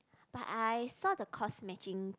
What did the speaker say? but I saw the cost matching